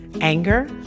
anger